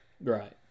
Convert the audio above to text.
Right